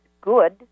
good